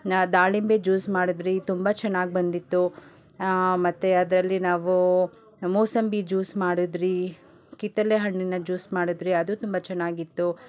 ನ ದಾಳಿಂಬೆ ಜ್ಯೂಸ್ ಮಾಡಿದ್ರಿ ತುಂಬ ಚೆನ್ನಾಗ್ ಬಂದಿತ್ತು ಮತ್ತು ಅದರಲ್ಲಿ ನಾವು ಮೂಸಂಬಿ ಜ್ಯೂಸ್ ಮಾಡಿದ್ರಿ ಕಿತ್ತಲೆ ಹಣ್ಣಿನ ಜ್ಯೂಸ್ ಮಾಡಿದ್ರಿ ಅದು ತುಂಬ ಚೆನ್ನಾಗಿತ್ತು